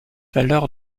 valeur